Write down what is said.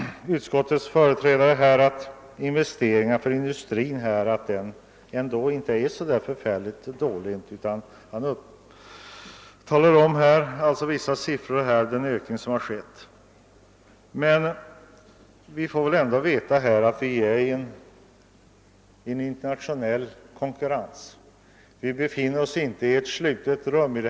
Utskottets företrädare säger att investeringarna inom industrin inte är så små, och han nämner siffror som visar hur stora de varit. Den internationella konkurrensen gör emellertid att vi inte befinner oss i något slutet rum.